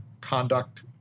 conduct